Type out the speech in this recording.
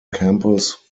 campus